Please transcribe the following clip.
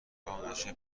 دانش